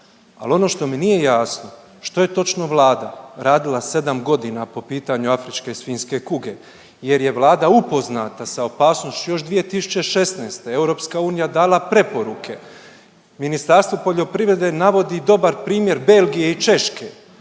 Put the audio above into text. ali ono što mi nije jasno, što je točno Vlada radila 7 godina po pitanju afričke svinjske kuge jer je Vlada upoznata sa opasnošću još 2016., EU dala preporuke Ministarstvu poljoprivrede navodi dobar primjer Belgije i Češke.